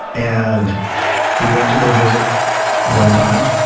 and we went to go visit one time,